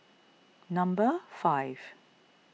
number five